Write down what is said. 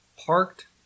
parked